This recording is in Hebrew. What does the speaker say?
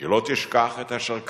שלא תשכח את אשר קרה,